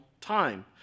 time